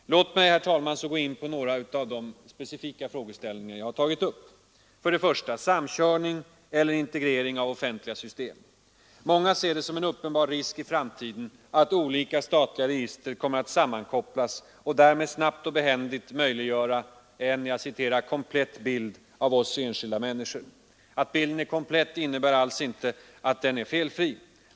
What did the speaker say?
Låt mig därefter, herr talman, gå in på några av de specifika frågor som jag har tagit upp: För det första: samkörning eller integrering av offentliga system. Många ser det som en uppenbar risk i framtiden att olika statliga register kommer att sammankopplas och därmed snabbt och behändigt möjliggöra en ”komplett” bild av oss enskilda människor. Att bilden är komplett innebär alls inte att den är felfri.